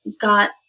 got